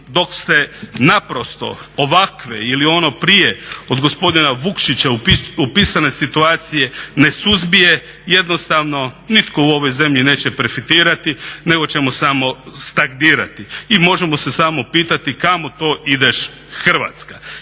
dok se naprosto ovakve ili ono prije od gospodina Vukšića opisane situacije ne suzbije, jednostavno nitko u ovoj zemlji neće profitirati nego ćemo samo stagnirati. I možemo se samo pitati kamo to ideš Hrvatska?